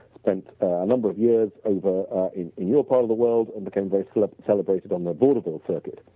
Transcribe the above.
spent number of years over in your part of the world and became very celebrated on the vaudeville circuit.